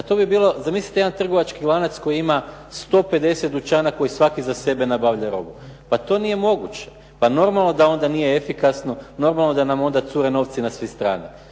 Pa to bi bilo, zamislite jedan trgovački lanac koji ima 150 dućana koji svaki za sebe nabavlja robu. Pa to nije moguće, pa normalno da onda nije efikasno, normalno da nam onda cure novci na sve strane.